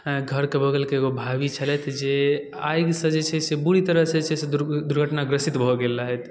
घरके बगलके एगो भाभी छलथि जे आगिसँ जे छै से बुरी तरह जे छै से दुर्घटनाग्रसित भऽ गेल रहथि